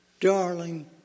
Darling